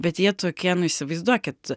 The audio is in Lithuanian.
bet jie tokie nu įsivaizduokit